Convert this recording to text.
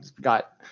got